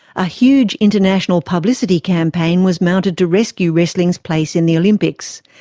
a huge international publicity campaign was mounted to rescue wrestling's place in the olympics.